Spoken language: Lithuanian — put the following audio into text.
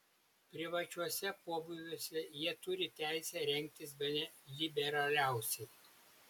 privačiuose pobūviuose jie turi teisę rengtis bene liberaliausiai